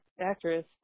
actress